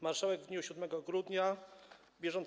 Marszałek w dniu 7 grudnia br.